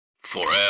FOREVER